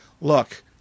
look –